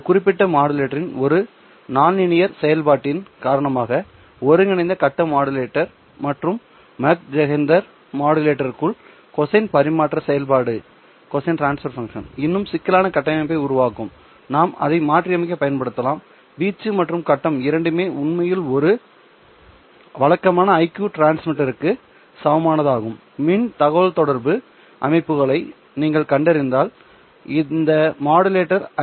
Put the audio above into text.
இந்த குறிப்பிட்ட மாடுலேட்டரின் ஒரு நான்லீனியர் செயல்பாட்டின் காரணமாக ஒருங்கிணைந்த கட்ட மாடுலேட்டர் மற்றும் மாக் ஜெஹெண்டர் மாடுலேட்டருக்குள் கொசைன் பரிமாற்ற செயல்பாடு இன்னும் சிக்கலான கட்டமைப்பை உருவாக்கும்நாம் அதை மாற்றியமைக்க பயன்படுத்தலாம் வீச்சு மற்றும் கட்டம் இரண்டுமே உண்மையில் ஒரு வழக்கமான IQ டிரான்ஸ்மிட்டருக்கு சமமானதாகும் மின் தகவல்தொடர்பு அமைப்புகளை நீங்கள் கண்டறிந்தால் இந்த மாடுலேட்டரை ஐ